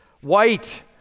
White